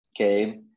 Okay